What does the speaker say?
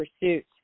pursuits